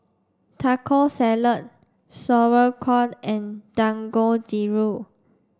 Taco Salad Sauerkraut and Dangojiru